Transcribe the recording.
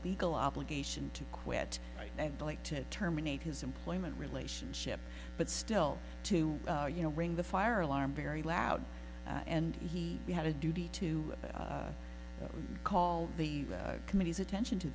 legal obligation to quit i'd like to terminate his employment relationship but still to you know ring the fire alarm very loud and he had a duty to call the committee's attention to